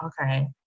Okay